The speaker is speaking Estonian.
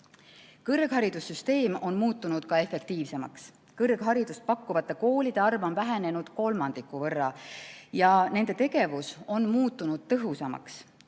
Kõrgharidussüsteem on muutunud efektiivsemaks. Kõrgharidust pakkuvate koolide arv on vähenenud kolmandiku võrra ja nende tegevus on muutunud tõhusamaks.